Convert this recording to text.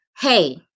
hey